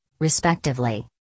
respectively